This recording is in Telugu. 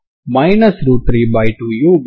మీరు వాస్తవానికి u0tp ని ఇవ్వాలి